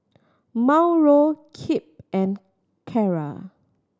Mauro Kipp and Carra